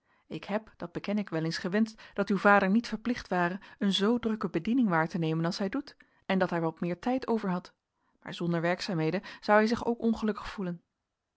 ik heb dat beken ik wel eens gewenscht dat uw vader niet verplicht ware een zoo drukke bediening waar te nemen als hij doet en dat hij wat meer tijd overhad maar zonder werkzaamheden zou hij zich ook ongelukkig voelen